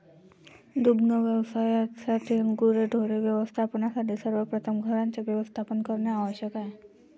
दुग्ध व्यवसायातील गुरेढोरे व्यवस्थापनासाठी सर्वप्रथम घरांचे व्यवस्थापन करणे आवश्यक आहे